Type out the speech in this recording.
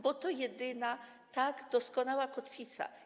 Bo to jedyna tak doskonała kotwica.